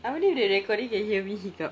I wonder if the recording can hear me hiccup